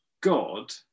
God